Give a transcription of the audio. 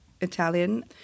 Italian